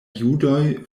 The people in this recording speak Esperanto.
judoj